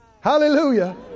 Hallelujah